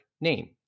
name